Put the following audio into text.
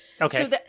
okay